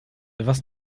etwas